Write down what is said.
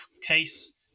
case